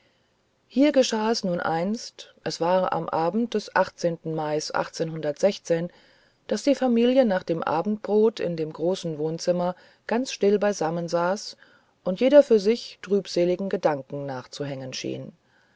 hier geschah es nun einst es war am abend des daß die familie nach dem abendbrot in dem großen wohnzimmer ganz still beisammen saß und jeder für sich trübseligen gedanken nachzuhängen schien